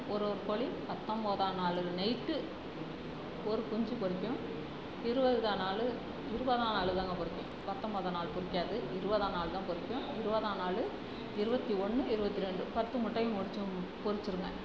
ஒரு ஒரு கோழி பத்தொம்போதாம் நாள் நைட்டு ஒரு குஞ்சு பொரிக்கும் இருபதாம் நாள் இருபதாம் நாள் தாங்க பொரிக்கும் பத்தொம்போதாம் நாள் பொரிக்காது இருபதாம் நாள் தான் பொரிக்கும் இருபதா நாள் இருபத்தி ஒன்று இருபத்தி ரெண்டு பத்து முட்டையும் பொரிச்சிடும் பொரிச்சிடுங்க